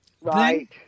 Right